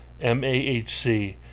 MAHC